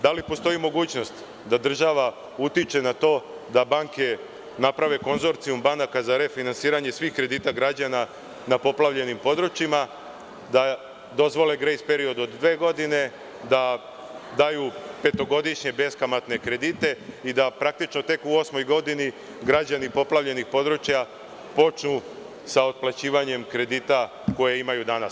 Da li postoji mogućnost da država utiče na to da banke naprave konzorcijum banaka za refinansiranje svih kredita građana na poplavljenim područjima, da dozvole grejs period od dve godine, da daju petogodišnje beskamatne kredite i da praktično tek u osmoj godini građani poplavljenih područja počnu sa otplaćivanjem kredita koje imaju danas?